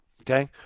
okay